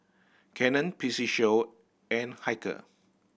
Canon P C Show and Hilker